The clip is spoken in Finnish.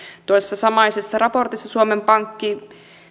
tuossa samaisessa raportissa suomen pankki